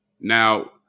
now